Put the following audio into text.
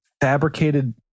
fabricated